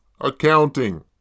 Accounting